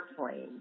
Airplane